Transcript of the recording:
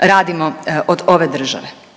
radimo od ove države.